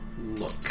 look